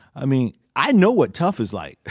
i mean, i know what tough is like,